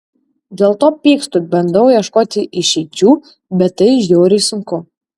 dėl to pykstu bandau ieškoti išeičių bet tai žiauriai sunku